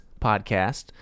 podcast